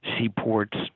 seaports